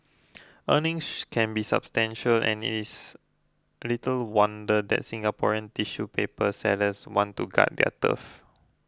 earnings can be substantial and it is little wonder that Singaporean in tissue paper sellers want to guard their turf